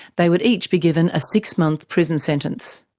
they would each be given a six-month prison sentence.